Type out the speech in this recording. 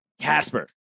Casper